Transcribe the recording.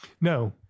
No